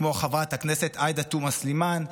כמו חברת הכנסת עאידה תומא סלימאן,